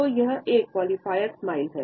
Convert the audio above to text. तो यह एक क्वालिफायर स्माइल है